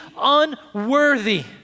unworthy